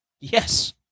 Yes